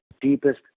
deepest